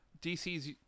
DC's